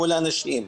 מול האנשים.